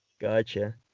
Gotcha